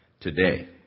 today